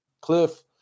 Cliff